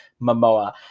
momoa